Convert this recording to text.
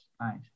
nice